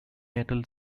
metal